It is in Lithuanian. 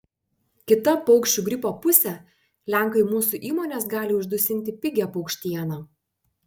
kita paukščių gripo pusė lenkai mūsų įmones gali uždusinti pigia paukštiena